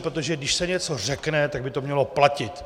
Protože když se něco řekne, tak by to mělo platit.